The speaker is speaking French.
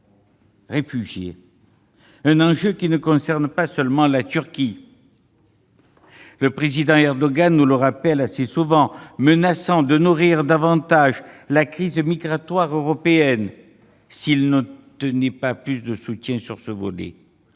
réfugiés. Cet enjeu ne concerne pas seulement la Turquie : le président Erdogan nous le rappelle assez souvent, menaçant de nourrir davantage la crise migratoire européenne s'il n'obtenait pas plus de soutien sur ce volet.